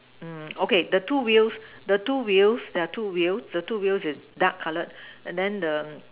mm okay the two wheels the two wheels there are two wheels the two wheels is dark colored and then the